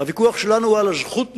הוויכוח שלנו הוא על הזכות לריבונות.